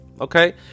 Okay